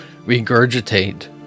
regurgitate